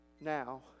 Now